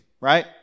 right